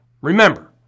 Remember